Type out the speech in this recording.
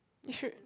you should